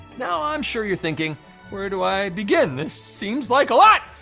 now, i'm sure you're thinking where do i begin? this seems like a lot!